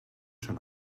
schon